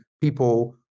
people